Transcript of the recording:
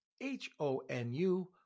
h-o-n-u